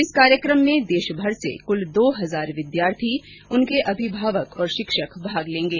इस कार्यक्रम में देशभर से कुल दो हजार विद्यार्थीउनके अभिभावक और शिक्षक भाग लेंगे